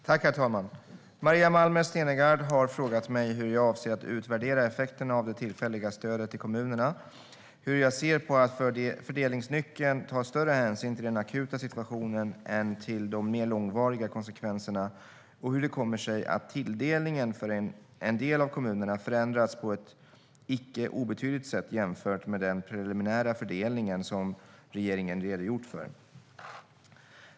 Herr talman! Maria Malmer Stenergard har frågat mig hur jag avser att utvärdera effekterna av det tillfälliga stödet till kommunerna, hur jag ser på att fördelningsnyckeln tar större hänsyn till den akuta situationen än till de mer långvariga konsekvenserna och hur det kommer sig att tilldelningen för en del av kommunerna förändrats på ett icke obetydligt sätt jämfört med den preliminära fördelning som regeringen redogjort för.